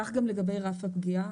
כך גם לגבי רף הפגיעה.